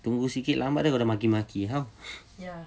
tunggu sikit lambat kau dah maki-maki how